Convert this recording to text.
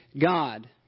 God